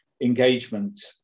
engagement